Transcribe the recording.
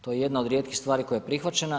To je jedna od rijetkih stvari koja je prihvaćena.